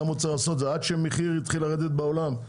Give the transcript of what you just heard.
עד שהמחיר התחיל לרדת בעולם.